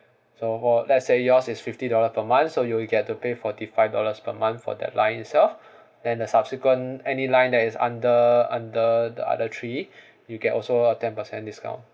so fo~ let's say yours is fifty dollar per month so you will get to pay forty five dollars per month for that line itself and the subsequent any line that is under under the other three you can also get a ten percent discount